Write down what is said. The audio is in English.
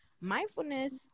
mindfulness